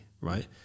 right